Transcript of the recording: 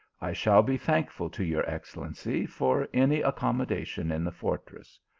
i shall be thankful to your excellency for any accommodation in the fortress.